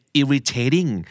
irritating